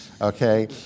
okay